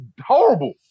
horrible